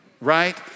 right